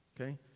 okay